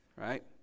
right